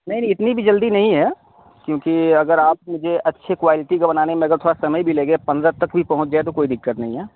نہیں نہیں اتنی بھی جلدی نہیں ہے کیونکہ اگر آپ مجھے اچھے کوالٹی کا بنے میں اگر تھوڑا سمے بھی لے گ پندرہ تک بھی پہنچ جائے تو کوئی دقت نہیں ہے